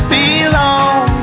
belong